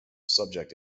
subject